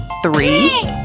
Three